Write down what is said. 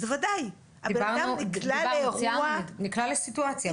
האדם נקלע לסיטואציה,